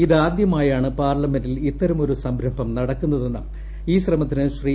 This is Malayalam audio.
ഇതാദ്യമായാണ് പാർലമെന്റിൽ ഇത്തരമൊരു സംരംഭം നടക്കുന്നതെന്നും ഈ ശ്രമത്തിന് ശ്രീ